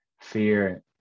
Fear